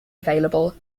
available